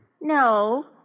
no